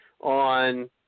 on